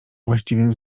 właściwym